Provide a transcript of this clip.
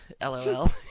LOL